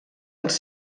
els